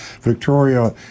Victoria